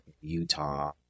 Utah